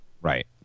Right